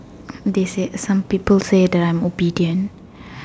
they said some people say that I am obedient